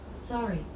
Sorry